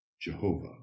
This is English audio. Jehovah